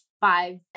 five